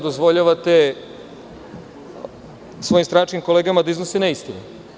Dozvoljavate svojim stranačkim kolegama da iznose neistinu.